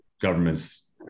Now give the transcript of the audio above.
governments